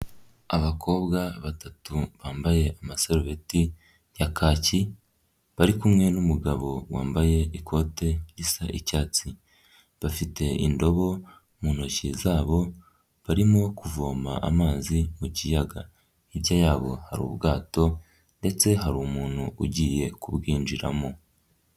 Abakobwa batatu bambaye amasarubeti ya kaki, bari kumwe n'umugabo wambaye ikote risa icyatsi, bafite indobo mu ntoki zabo, barimo kuvoma amazi mu kiyaga, hirya yabo hari ubwato, ndetse hari umuntu ugiye kubwinjiramo.